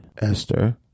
Esther